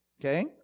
okay